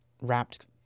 wrapped